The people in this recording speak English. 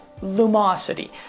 lumosity